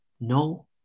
No